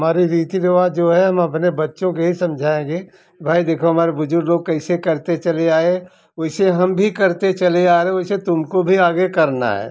हमारे रीति रिवाज जो है हम अपने बच्चों के यही समझाएँगे भाई देखो हमारे बुजुर्ग लोग कैसे करते चले आए वैसे हम भी करते चले आ रहे वैसे तुमको भी आगे करना है